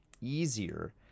easier